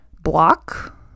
block